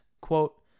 Quote